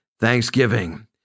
thanksgiving